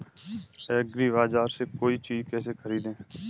एग्रीबाजार से कोई चीज केसे खरीदें?